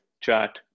chat